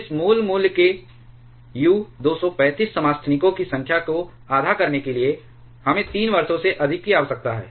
इस मूल मूल्य के U 235 समस्थानिकों की संख्या को आधा करने के लिए हमें 3 वर्षों से अधिक की आवश्यकता है